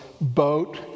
boat